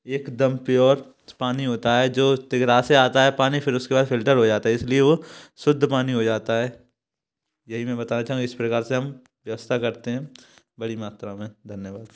एकदम प्योर पानी होता है जो तेगरा से आता है पानी फिर उसके बाद फ़िल्टर हो जाता है इसलिए वो शुद्ध पानी हो जाता है यही मैं बताना चाह इस प्रकार से हम व्यवस्था करते है बड़ी मात्रा में धन्यवाद